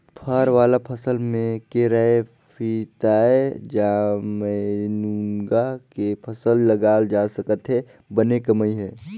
फर वाला फसल में केराएपपीताएजामएमूनगा के फसल लगाल जा सकत हे बने कमई हे